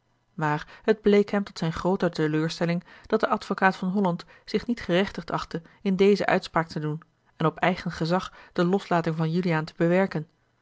maar het bleek hem tot zijne groote teleurstelling dat de advocaat van holland zich niet gerechtigd achtte in dezen uitspraak te doen en op eigen gezag de loslating van juliaan te bewerken